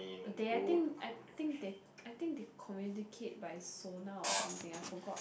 they I think I think they I think they communicate by sonar or something I forgot